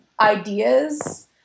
ideas